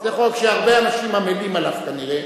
זה חוק שהרבה אנשים עמלים עליו כנראה.